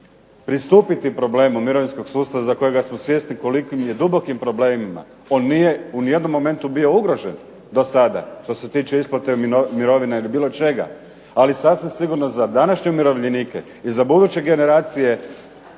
pristupiti problemu mirovinskog sustava za kojega smo svjesni u kolikim je dubokim problemima. On nije u nijednom momentu bio ugrožen do sada što se tiče isplate mirovina ili bilo čega, ali sasvim sigurno za današnje umirovljenika i za buduće generacije